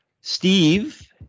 steve